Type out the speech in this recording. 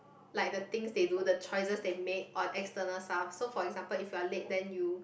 like the things the do the choices they make or external stuff so for example if you're late then you